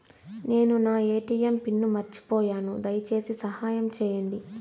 నేను నా ATM pin మర్చిపోయాను, దయచేసి సహాయం చేయండి